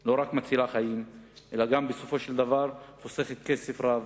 לא רק מצילה חיים אלא גם בסופו של דבר חוסכת כסף רב